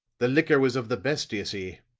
the liquors was of the best, do you see,